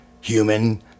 human